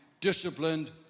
disciplined